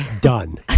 done